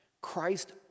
Christ